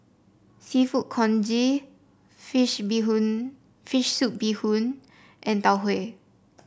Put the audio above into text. seafood congee fish Bee Hoon fish soup Bee Hoon and Tau Huay